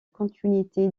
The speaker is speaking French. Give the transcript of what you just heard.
continuité